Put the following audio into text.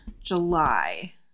July